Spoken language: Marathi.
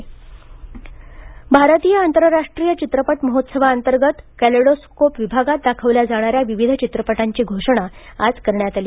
डुफ्फी भारतीय आंतरराष्ट्रीय चित्रपट महोत्सवाअंतर्गत कॅलेडोस्कोप विभागात दाखवल्या जाणाऱ्या विविध चित्रपटांची घोषणा आज करण्यात आली